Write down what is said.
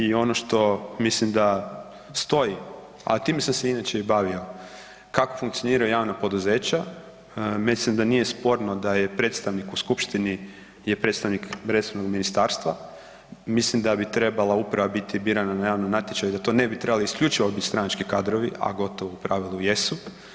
I ono što mislim da stoji, a time sam se inače i bavio, kako funkcioniraju javna poduzeća, mislim da nije sporno da je predstavnik u skupštini je predstavnik resornog ministarstva, mislim da bi trebala uprava biti birana na javnom natječaju, da to ne bi trebali isključivo biti stranački kadrovi, a gotovo u pravilu jesu.